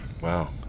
Wow